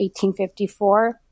1854